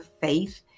faith